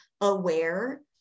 aware